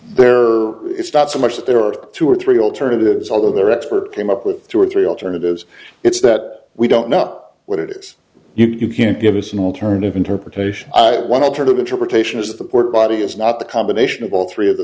there it's not so much that there are two or three alternatives although their expert came up with two or three alternatives it's that we don't know what it is you can't give us an alternative interpretation one alternative interpretation is that the port body is not the combination of all three of the